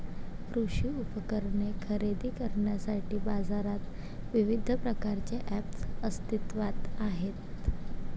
कृषी उपकरणे खरेदी करण्यासाठी बाजारात विविध प्रकारचे ऐप्स अस्तित्त्वात आहेत